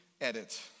edit